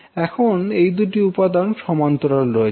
এখন এই দুটি উপাদান সমান্তরাল রয়েছে